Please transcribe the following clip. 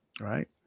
Right